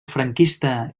franquista